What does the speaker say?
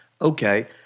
okay